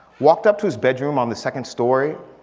walked up to his bedroom on the second story,